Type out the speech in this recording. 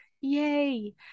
Yay